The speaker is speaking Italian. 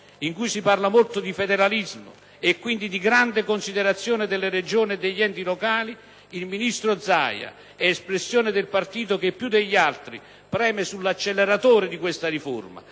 in cui si parla molto di federalismo, quindi di grande considerazione delle Regioni e degli enti locali, il ministro Zaia, espressione del partito che più degli altri preme sull'acceleratore di questa riforma,